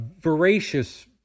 voracious